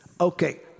Okay